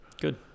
Good